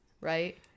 right